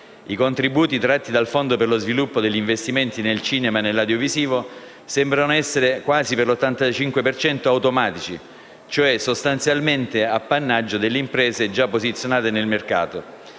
I contributi tratti dal Fondo per lo sviluppo degli investimenti nel cinema e dell'audiovisivo sembrano essere, per l'85 per cento, quasi automatici, cioè sostanzialmente appannaggio delle imprese già posizionate nel mercato